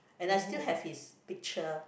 and I still have his picture